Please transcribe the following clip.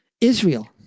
Israel